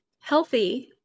healthy